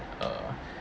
uh